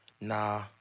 nah